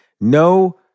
No